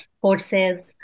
courses